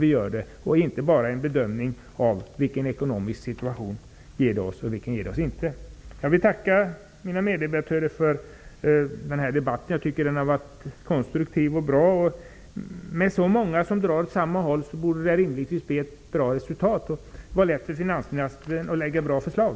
Det skall inte bara göras en bedömning av vilken ekonomisk situation det ger oss. Jag vill tacka mina meddebattörer för den här debatten. Den har varit konstruktiv och bra. Med så många som drar åt samma håll borde det rimligtvis bli ett bra resultat, och det borde vara lätt för finansministern att lägga fram bra förslag.